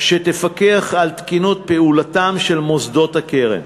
שתפקח על תקינות פעולתם של מוסדות הקרן.